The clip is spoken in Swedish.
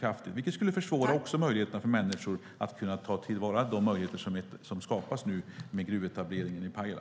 Det skulle försvåra för människor att ta vara på de möjligheter som skapas med gruvetableringen i Pajala.